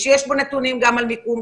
שיש בו נתונים גם על מיקום,